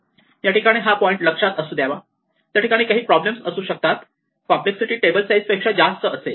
या ठिकाणी हा पॉईंट लक्षात असू द्यावा त्या ठिकाणी काही प्रॉब्लेम्स असू शकते कॉम्प्लेक्ससिटी टेबल साईज पेक्षा जास्त असेल